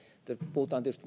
puhutaan tietysti